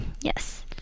yes